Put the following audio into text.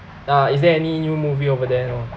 uh is there any new movie over there no